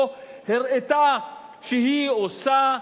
או הראתה שהיא עושה,